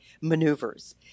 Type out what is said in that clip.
Maneuvers